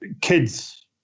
kids